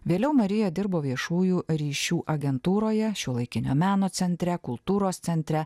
vėliau marija dirbo viešųjų ryšių agentūroje šiuolaikinio meno centre kultūros centre